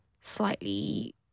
slightly